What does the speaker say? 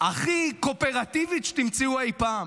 הכי קואופרטיבית שתמצאו אי פעם.